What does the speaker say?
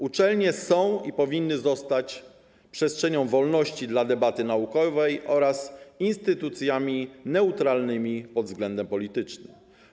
Uczelnie są i powinny zostać przestrzenią wolności dla debaty naukowej oraz instytucjami neutralnymi pod względem politycznym.